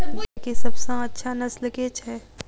गाय केँ सबसँ अच्छा नस्ल केँ छैय?